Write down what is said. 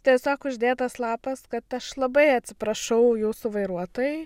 tiesiog uždėtas lapas kad aš labai atsiprašau jūsų vairuotojai